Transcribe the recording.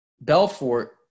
Belfort